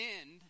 end